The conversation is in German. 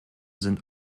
sind